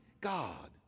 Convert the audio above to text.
God